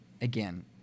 Again